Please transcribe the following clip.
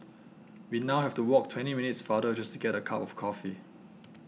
we now have to walk twenty minutes farther just to get a cup of coffee